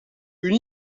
une